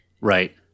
Right